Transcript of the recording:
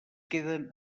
queden